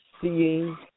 seeing